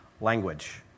language